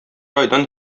айдан